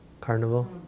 carnival